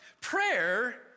prayer